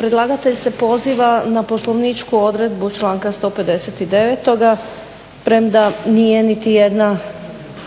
predlagatelj se poziva na poslovničku odredbu članka 159. premda nije niti jedna